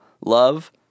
Love